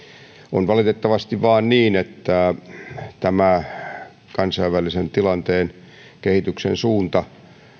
on vaan valitettavasti niin että kansainvälisen tilanteen kehityksen suunta